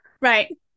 Right